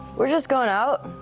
we're just going out.